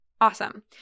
Awesome